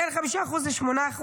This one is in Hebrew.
בין 5% ל-8%.